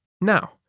Now